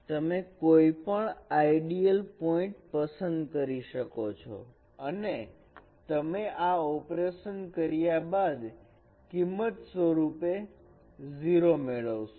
તમે કોઈપણ ideal point પસંદ કરી શકો છો અને તમે આ ઓપરેશન કર્યા બાદ કિંમત સ્વરૂપે 0 મેળવશો